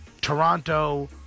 Toronto